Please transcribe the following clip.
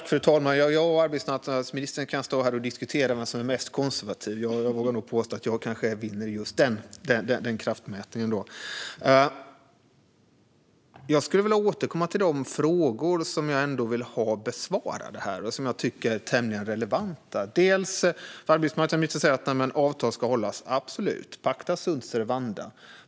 Fru talman! Jag och arbetsmarknadsministern kan stå här och diskutera vem som är mest konservativ. Jag vågar nog påstå att jag kanske vinner i just den kraftmätningen. Jag skulle vilja återkomma till de frågor som jag ändå vill ha besvarade här och som jag tycker är tämligen relevanta. Arbetsmarknadsministern säger att avtal ska hållas, absolut, pacta sunt servanda.